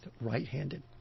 right-handed